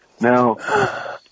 Now